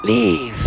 Leave